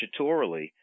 statutorily